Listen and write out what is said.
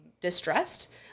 distressed